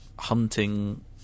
hunting